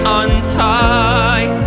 untie